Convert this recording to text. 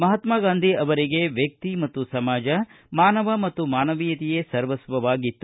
ಮಹಾತ್ಮಾ ಗಾಂಧೀ ಅವರಿಗೆ ವ್ಯಕ್ತಿ ಮತ್ತು ಸಮಾಜ ಮಾನವ ಮತ್ತು ಮಾನವೀಯತೆಯೇ ಸರ್ವಸ್ಥವಾಗಿತ್ತು